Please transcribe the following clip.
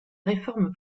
réforme